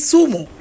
Sumo